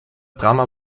drama